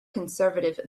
conservative